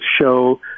show